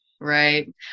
Right